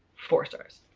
four stars.